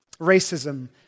Racism